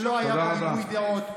שלא היה בו ריבוי דעות.